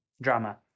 drama